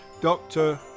Doctor